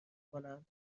کنند